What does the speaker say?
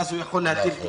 ואז הוא יכול להטיל הגבלות,